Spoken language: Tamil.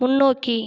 முன்னோக்கி